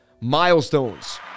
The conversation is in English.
Milestones